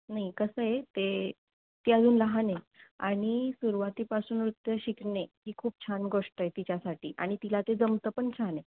नाही कसं आहे ते ती अजून लहान आहे आणि सुरुवातीपासून नृत्य शिकणे ही खूप छान गोष्ट आहे तिच्यासाठी आणि तिला ते जमतं पण छान आहे